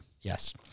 Yes